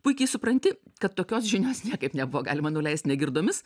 puikiai supranti kad tokios žinios niekaip nebuvo galima nuleisti negirdomis